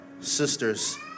sisters